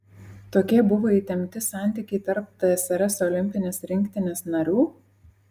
tokie buvo įtempti santykiai tarp tsrs olimpinės rinktinės narių